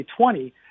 2020